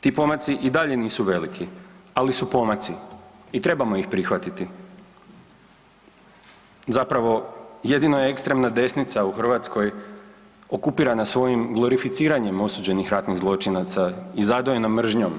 Ti pomaci i dalje nisu veliki, ali su pomaci i trebamo ih prihvatiti, zapravo jedino je ekstremna desnica u Hrvatskoj okupirana svojim glorificiranjem osuđenih ratnih zločinaca i zadojena mržnjom